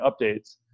updates